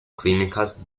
clínicas